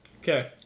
Okay